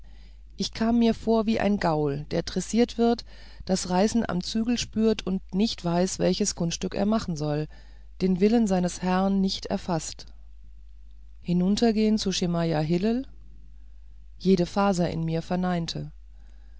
ich kam mir vor wie ein gaul der dressiert wird das reißen am zügel spürt und nicht weiß welches kunststück er machen soll den willen seines herrn nicht erfaßt hinuntergehen zu schemajah hillel jede faser in mir verneinte